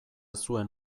zuen